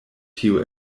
tio